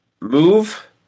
Move